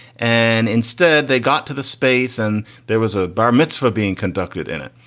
and instead they got to the space and there was a bar mitzvah being conducted in it.